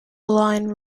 line